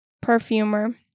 perfumer